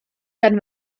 gan